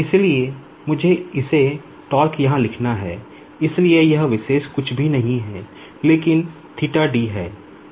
इसलिए मुझे इसे यहाँ लिखना है इसलिए यह विशेष कुछ भी नहीं है लेकिन है